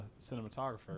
cinematographer